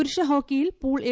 പുരുഷ ഹോക്കിയിൽ pool A